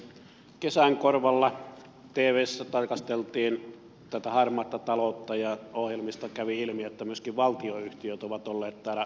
kesän korvalla tvssä tarkasteltiin tätä harmaata taloutta ja ohjelmista kävi ilmi että myöskin valtionyhtiöt ovat olleet veroparatiisissa mukana